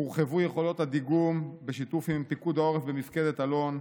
הורחבו יכולות הדיגום’ בשיתוף עם פיקוד העורף ומפקדת אלון,